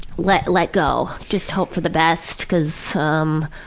let let go. just hope for the best, cause um,